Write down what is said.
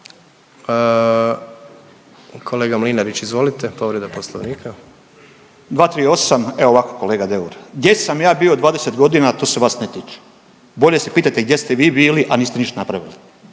Kolega Mlinarić izvolite povreda Poslovnika. **Mlinarić, Stipo (DP)** 238. evo ovako kolega Deur. Gdje sam ja bio 20 godina to se vas ne tiče. Bolje se pitajte gdje ste vi bili, a niste niš napravili.